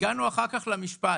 הגענו אחר כך למשפט.